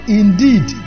indeed